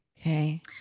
Okay